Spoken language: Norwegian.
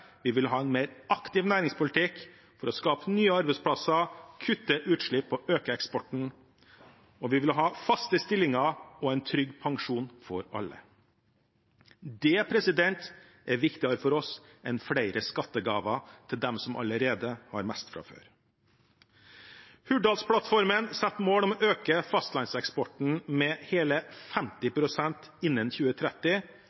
Vi vil ha en mer aktiv næringspolitikk for å skape nye arbeidsplasser, kutte utslipp og øke eksporten, og vi vil ha faste stillinger og en trygg pensjon for alle. Det er viktigere for oss enn flere skattegaver til dem som allerede har mest fra før. Hurdalsplattformen setter mål om å øke fastlandseksporten med hele